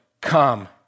come